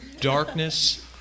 darkness